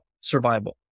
survival